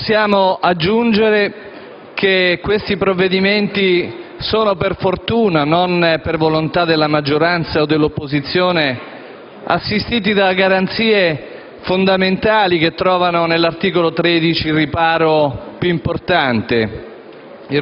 Possiamo aggiungere che questi provvedimenti sono, per fortuna, non per volontà della maggioranza o dell'opposizione, assistiti da garanzie fondamentali, che trovano nell'articolo 13 della Costituzione,